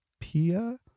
Pia